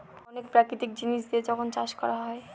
অনেক প্রাকৃতিক জিনিস দিয়ে যখন চাষ করা হয়